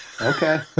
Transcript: okay